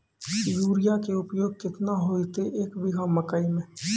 Urea के उपयोग केतना होइतै, एक बीघा मकई मे?